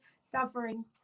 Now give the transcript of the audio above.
suffering